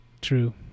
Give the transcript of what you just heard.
true